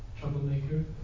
troublemaker